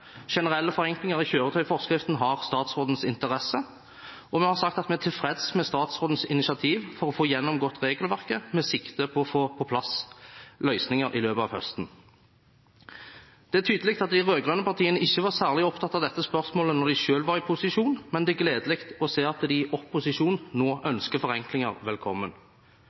generelle forenklinger i kjøretøyforskriften har statsrådens interesse, og vi har sagt at vi er tilfreds med statsrådens initiativ for å få gjennomgått regelverket med sikte på å få på plass løsninger i løpet av høsten. Det er tydelig at de rød-grønne partiene ikke var særlig opptatt av dette spørsmålet da de selv var i posisjon, men det er gledelig å se at de i opposisjon nå ønsker forenklinger velkommen.